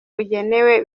bugenewe